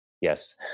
Yes